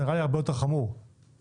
זה נראה לי הרבה יותר חמור, למשל.